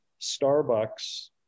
Starbucks